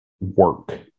work